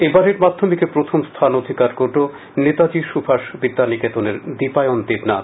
এবারের মাধ্যমিকে প্রথম স্থান অধিকার করলো নেতাজি সুভাষ বিদ্যানিকেতনের দীপায়ন দেবনাথ